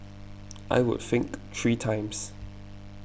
I would think three times